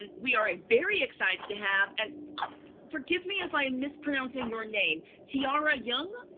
and we are ah very excited to have, and forgive me if i'm mispronouncing your name, tiare jung.